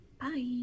bye